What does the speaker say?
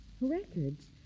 Records